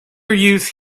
use